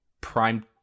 Prime